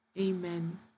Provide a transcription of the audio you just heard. amen